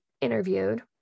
interviewed